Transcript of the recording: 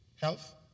health